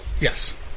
Yes